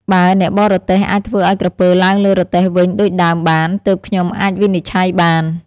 បើអ្នកបរទេះអាចធ្វើឲ្យក្រពើឡើងលើរទេះវិញដូចដើមបាន ទើបខ្ញុំអាចវិនិច្ឆ័យបាន"។